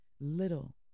Little